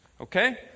Okay